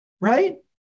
right